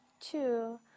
two